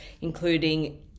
including